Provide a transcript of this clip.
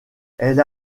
elle